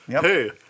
Hey